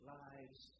lives